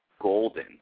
golden